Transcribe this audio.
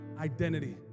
identity